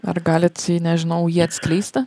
ar galit nežinau jį atskleisti